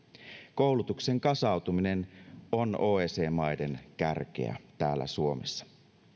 koulutuksen kasautuminen on oecd maiden kärkeä täällä suomessa